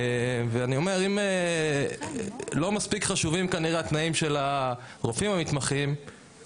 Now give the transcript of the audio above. אני אומר: אם התנאים של הרופאים המתמחים כנראה לא מספיק חשובים,